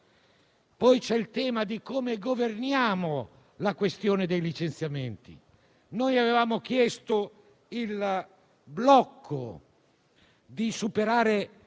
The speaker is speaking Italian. Poi, c'è il tema di come governiamo la questione dei licenziamenti. Noi avevamo chiesto di prorogare